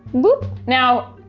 boop! now,